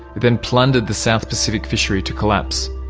then plundered the south pacific fishery to collapse.